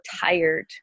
tired